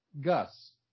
Gus